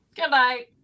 goodbye